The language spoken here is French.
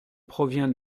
provient